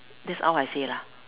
that's all I say lah